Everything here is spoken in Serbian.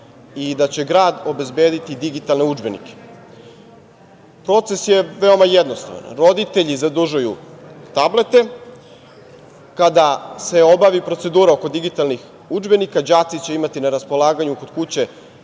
i da će grad obezbediti digitalne udžbenike. Proces je veoma jednostavan. Roditelji zadužuju tablete. Kada se obavi procedura oko digitalnih udžbenika, đaci će imati na raspolaganju kod kuće